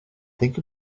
think